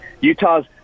Utah's